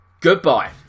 goodbye